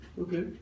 Okay